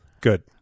Good